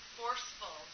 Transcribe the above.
forceful